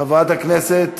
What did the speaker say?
חברת הכנסת